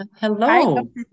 Hello